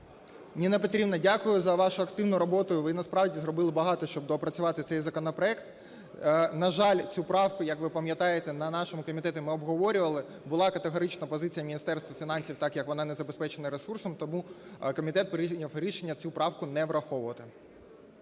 Ніна Петрівна, дякую за вашу активну роботу, ви насправді зробили багато, щоб доопрацювати цей законопроект. На жаль, цю правку, як ви пам'ятаєте, на нашому комітеті ми обговорювали, була категорична позиція Міністерства фінансів. Так як вона незабезпечена ресурсом, тому комітет прийняв рішення цю правку не враховувати.